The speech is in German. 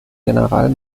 general